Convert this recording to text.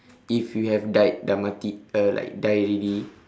if you have died dah mati uh like die already